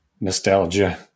nostalgia